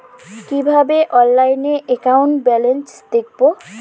কিভাবে অনলাইনে account balance দেখবো?